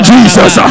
Jesus